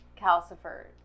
Calcifer